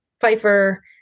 Pfeiffer